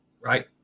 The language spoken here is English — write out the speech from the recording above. right